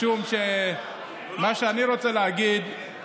הוא יקבל אאודי, אבל זה פחות מעניין אותו.